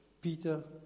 Peter